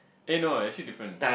eh no actually different